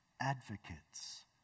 advocates